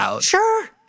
Sure